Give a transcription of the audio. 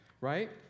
right